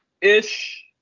ish